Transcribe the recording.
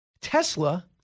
Tesla